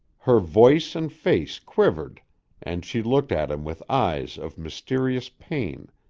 her voice and face quivered and she looked at him with eyes of mysterious pain,